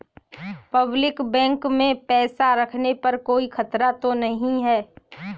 Public bank में पैसा रखने पर कोई खतरा तो नहीं है?